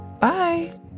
Bye